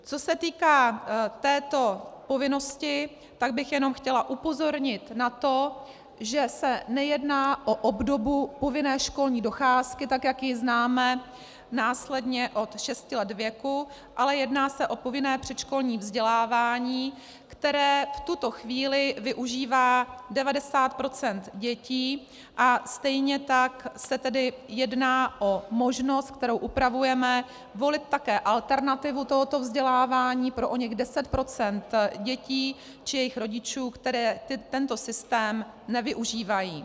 Co se týká této povinnosti, pak bych jenom chtěla upozornit na to, že se nejedná o obdobu povinné školní docházky, tak jak ji známe následně od 6 let věku, ale jedná se o povinné předškolní vzdělávání, které v tuto chvíli využívá 90 % dětí, a stejně tak se tedy jedná o možnost, kterou upravujeme, volit také alternativu tohoto vzdělávání pro oněch 10 % dětí, či jejich rodičů, které tento systém nevyužívají.